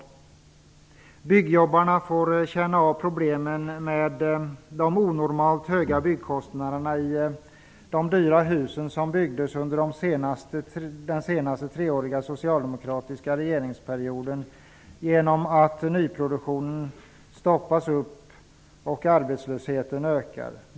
Byggjobbarna får känna av problemen med de onormalt höga byggkostnaderna för de dyra hus som byggdes under den senaste treåriga socialdemokratiska regeringsperioden genom att nyproduktionen stoppat upp och arbetslösheten ökar.